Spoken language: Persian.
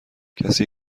کسی